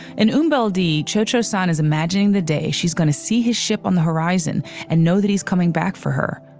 and um d chucho san is imagining the day she's going to see his ship on the horizon and know that he's coming back for her.